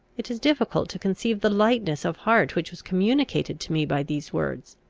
it is difficult to conceive the lightness of heart which was communicated to me by these words